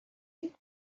you